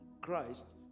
christ